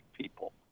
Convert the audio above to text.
people